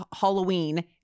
Halloween